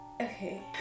Okay